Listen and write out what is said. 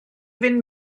fynd